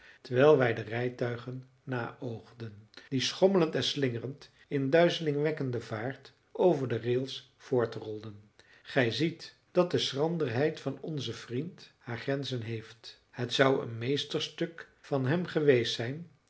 terwijl wij de rijtuigen naoogden die schommelend en slingerend in duizelingwekkende vaart over de rails voortrolden gij ziet dat de schranderheid van onzen vriend haar grenzen heeft het zou een meesterstuk van hem geweest zijn